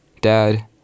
Dad